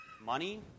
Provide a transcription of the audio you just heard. money